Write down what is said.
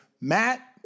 Matt